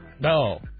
No